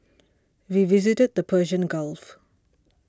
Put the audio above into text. we visited the Persian Gulf